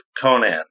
Conan